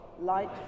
light